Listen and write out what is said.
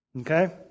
Okay